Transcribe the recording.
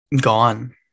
gone